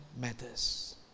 matters